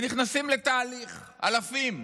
נכנסים לתהליך אלפים,